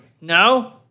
No